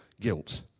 guilt